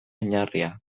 oinarria